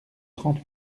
trente